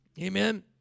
Amen